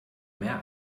mehr